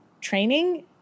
training